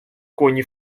коні